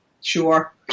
Sure